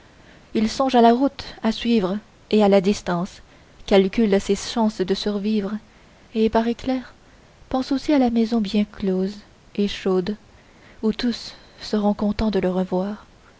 il songe à la route à suivre et à la distance calcule ses chances de survivre et par éclairs pense aussi à la maison bien close et chaude où tous seront contents de le revoir